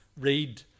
read